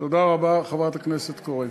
תודה רבה, חברת הכנסת קורן.